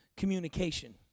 Communication